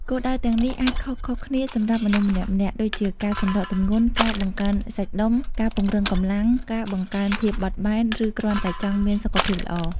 គោលដៅទាំងនេះអាចខុសៗគ្នាសម្រាប់មនុស្សម្នាក់ៗ ដូចជាការសម្រកទម្ងន់ ការបង្កើនសាច់ដុំ ការពង្រឹងកម្លាំង ការបង្កើនភាពបត់បែន ឬគ្រាន់តែចង់មានសុខភាពល្អ។